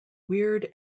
weird